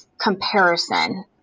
comparison